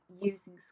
using